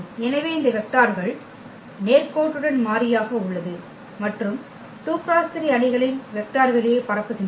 எனவே இந்த வெக்டார்கள் நேர்கோட்டுடன் மாறியாக உள்ளது மற்றும் 2 × 3 அணிகளின் வெக்டர் வெளியை பரப்புகின்றன